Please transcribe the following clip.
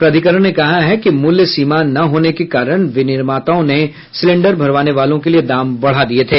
प्राधिकरण ने कहा कि मूल्य सीमा न होने के कारण विनिर्माताओं ने सिलेंडर भरवाने वालों के लिए दाम बढ़ा दिए थे